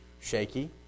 shaky